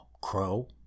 crow